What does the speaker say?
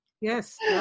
Yes